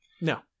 No